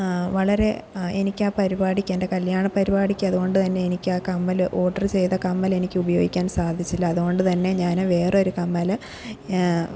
വളരെ അ എനിക്ക് ആ പരിപാടിക്ക് എന്റെ കല്യാണ പരിപാടിക്ക് അതുകൊണ്ട് തന്നെ എനിക്കാ കമ്മല് ഓർഡറ് ചെയ്ത കമ്മലെനിക്ക് ഉപയോഗിക്കാൻ സാധിച്ചില്ല അതുകൊണ്ട് തന്നെ ഞാന് വേറൊരു കമ്മല്